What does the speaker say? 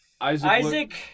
Isaac